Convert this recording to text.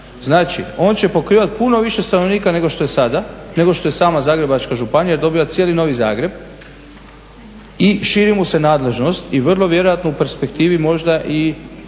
Znači on će pokrivati puno više stanovnika nego što je sada, nego što je sama Zagrebačka županija, dobiva cijeli Novi Zagreb i širi mu se nadležnost i vrlo vjerojatno u perspektivi možda i